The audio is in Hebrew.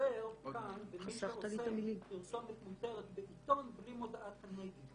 שחסר כאן "במי שאוסר פרסומת מותרת בעיתון בלי מודעת הנגד".